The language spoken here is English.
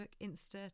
Insta